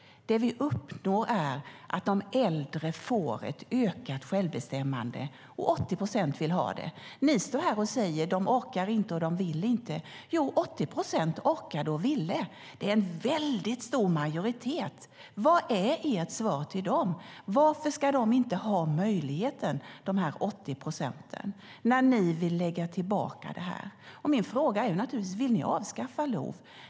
Det vi uppnår är att de äldre får ett ökat självbestämmande, och 80 procent vill ha det. Ni står här och säger: De orkar inte, och de vill inte. Jo, 80 procent orkade och ville! Det är en väldigt stor majoritet. Vad är ert svar till dem? Varför ska de 80 procenten inte ha möjligheten när ni vill ta tillbaka det här? Min fråga är naturligtvis: Vill ni avskaffa LOV?